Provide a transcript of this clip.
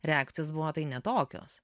reakcijos buvo tai ne tokios